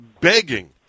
begging